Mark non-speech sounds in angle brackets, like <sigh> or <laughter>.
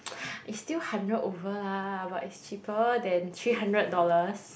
<noise> it's still hundred over lah but it's cheaper than three hundred dollars